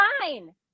fine